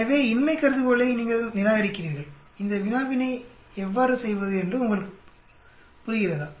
எனவே இன்மை கருதுகோளை நீங்கள் நிராகரிக்கிறீர்கள் இந்த வினாவினை எவ்வாறு செய்வது என்று உங்களுக்கு புரிகிறதா